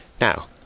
Now